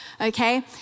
Okay